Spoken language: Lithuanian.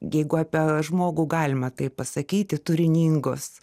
jeigu apie žmogų galima taip pasakyti turiningos